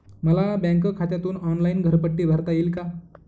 मला बँक खात्यातून ऑनलाइन घरपट्टी भरता येईल का?